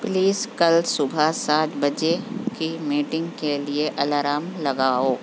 please کل صبح سات بجے کی میٹنگ کے لیے الارم لگاؤ